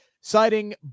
citing